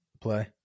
play